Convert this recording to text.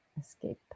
escape